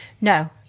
No